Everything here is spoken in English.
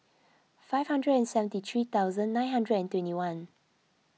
five hundred and seventy three thousand nine hundred and twenty one